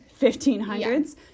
1500s